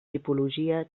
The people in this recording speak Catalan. tipologia